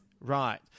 Right